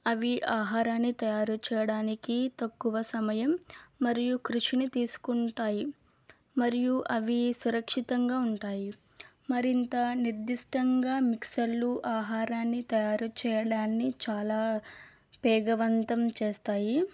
అవి ఆహారాన్ని తయారు చేయడానికి తక్కువ సమయం మరియు కృషిని తీసుకుంటాయి మరియు అవి సురక్షితంగా ఉంటాయి మరింత నిర్దిష్టంగా మిక్సర్లు ఆహారాన్ని తయారు చేయడాని చాలా వేగవంతం చేస్తాయి